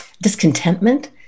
discontentment